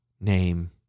name